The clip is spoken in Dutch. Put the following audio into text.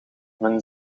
men